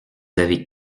avez